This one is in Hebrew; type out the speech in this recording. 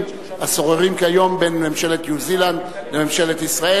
השוררים כיום בין ממשלת ניו-זילנד לממשלת ישראל.